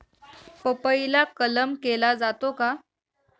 पपईला कलम केला जातो का?